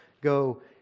go